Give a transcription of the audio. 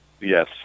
Yes